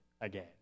again